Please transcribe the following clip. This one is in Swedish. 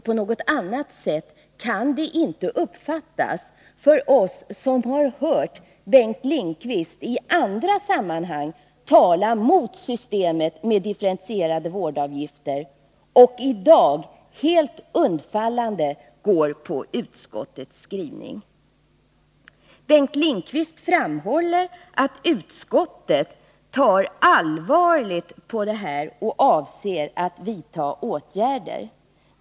På något annat sätt kan det inte uppfattas av oss som har hört Bengt Lindqvist i andra sammanhang tala mot systemet med differentierade vårdavgifter — i dag går han helt undfallande på utskottets skrivning. Bengt Lindqvist framhåller att utskottet tar allvarligt på det här och avser att finna åtgärder.